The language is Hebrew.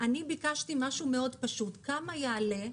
אני ביקשתי משהו מאוד פשוט: כמה יעלה,